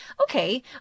okay